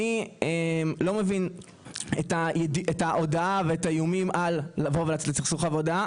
אני לא מבין את ההודעה ואת האיומים על לבוא ולעשות סכסוך עבודה.